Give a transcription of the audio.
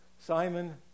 Simon